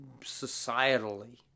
societally